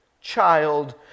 child